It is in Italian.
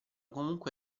comunque